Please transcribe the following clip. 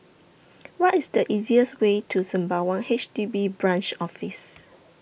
What IS The easiest Way to Sembawang H D B Branch Office